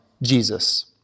Jesus